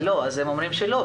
אז הם אומרים שלא,